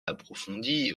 approfondies